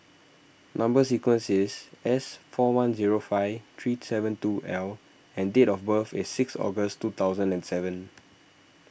Number Sequence is S four one zero five three seven two L and date of birth is six August two thousand and seven